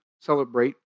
celebrate